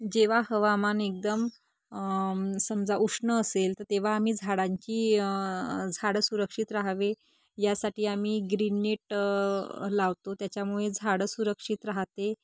जेव्हा हवामान एकदम समजा उष्ण असेल तर तेव्हा आम्ही झाडांची झाडं सुरक्षित राहावे यासाठी आम्ही ग्रीन नेट लावतो त्याच्यामुळे झाडं सुरक्षित राहते